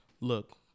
Look